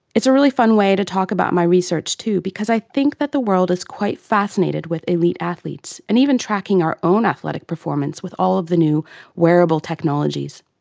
it's a really fun way to talk about my research too because i think that the world is quite fascinated with elite athletes and even tracking our own athletic performance with all of the new wearable technologies.